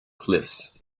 cliffs